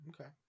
Okay